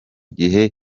gihe